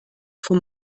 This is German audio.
vom